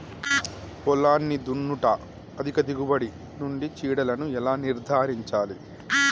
పొలాన్ని దున్నుట అధిక దిగుబడి నుండి చీడలను ఎలా నిర్ధారించాలి?